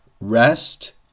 rest